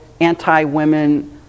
anti-women